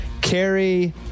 carrie